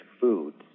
foods